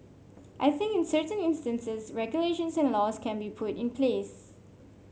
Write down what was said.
I think in certain instances regulations and laws can be put in place